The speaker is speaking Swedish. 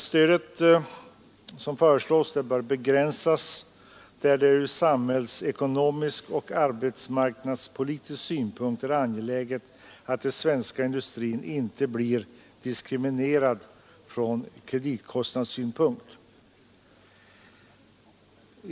Stödet bör begränsas till fall där det från samhällsekonomisk och arbetsmarknadspolitisk synpunkt är angeläget att den svenska industrin inte blir diskriminerad från kreditkostnadssynpunkt.